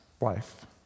life